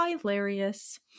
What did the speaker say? hilarious